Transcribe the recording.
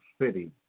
city